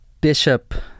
bishop